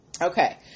Okay